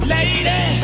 Lady